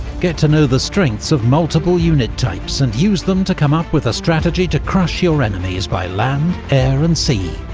get to know the strengths of multiple unit types, and use them to come up with a strategy to crush your enemies by land, air and sea.